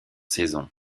saisons